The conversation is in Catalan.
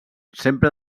sempre